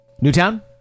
Newtown